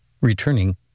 Returning